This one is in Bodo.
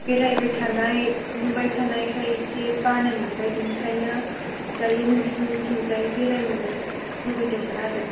बेरायबाय थानाय नुबाय थानायखाय एसे बानाय मोनबाय बिनिखायनो दायो नोंसिनिथिंजाय बेरायनो लुबैदोंमोन आरो